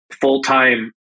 full-time